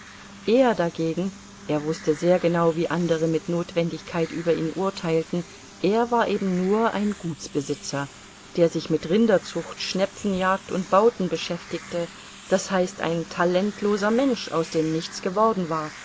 er war eben nur ein gutsbesitzer der sich mit rinderzucht schnepfenjagd und bauten beschäftigte das heißt ein talentloser mensch aus dem nichts geworden war